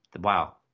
Wow